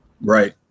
Right